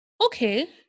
okay